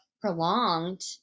prolonged